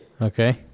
Okay